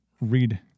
read